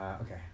Okay